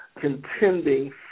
contending